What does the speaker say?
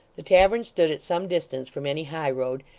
the tavern stood at some distance from any high road,